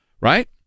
right